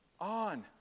On